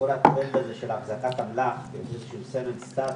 כל הטרנד הזה של החזקת אמל"ח כמין סמל סטטוס,